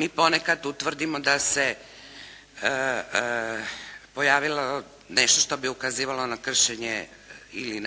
mi ponekad utvrdimo da se pojavilo nešto što bi ukazivalo na kršenje ili